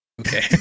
Okay